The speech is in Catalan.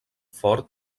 fort